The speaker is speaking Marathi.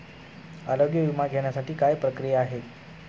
आरोग्य विमा घेण्यासाठी काय प्रक्रिया आहे?